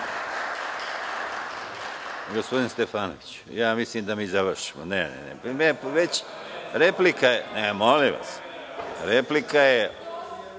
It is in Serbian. Hvala vam.